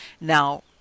Now